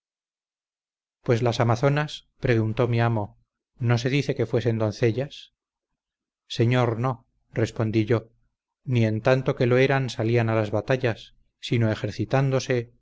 pues las amazonas preguntó mi amo no se dice que fuesen doncellas señor no respondí yo ni en tanto que lo eran salían a las batallas sino ejercitándose